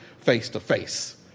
face-to-face